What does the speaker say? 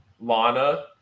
Lana